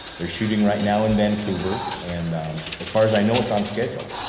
they're shooting right now in vancouver, and as far as i know, it's on schedule.